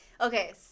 Okay